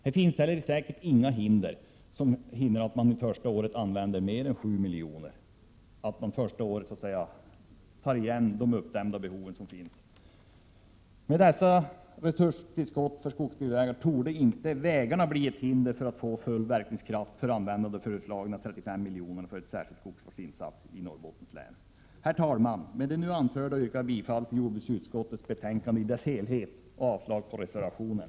Det finns säkert inget som hindrar att man det första året använder mer än 7 milj.kr., att man första året så att säga täpper till de uppdämda behov som finns. Med dessa resurstillskott för skogsbilvägar torde inte vägar bli ett hinder för att få full verkningskraft på användande av de föreslagna 35 milj. för särskilda skogsvårdsinsatser i Norrbottens län. Herr talman! Med det nu anförda yrkar jag bifall till jordbruksutskottets hemställan i dess helhet och avslag på reservationen.